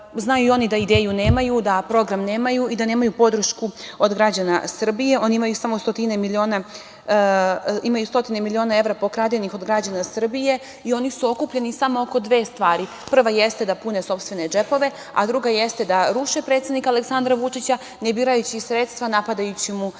znaju i oni da ideju nemaju, da program nemaju i da nemaju podršku od građana Srbije. Oni imaju samo stotine miliona evra pokradenih od građana Srbije i oni su okupljeni samo oko dve stvari - da pune sopstvene džepove, a druga je da ruše predsednika Aleksandra Vučića, ne birajući sredstva, napadajući mu i